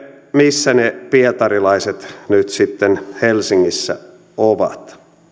missä ne pietarilaiset nyt sitten helsingissä ovat